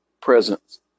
presence